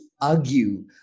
argue